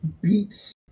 beats